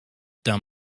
down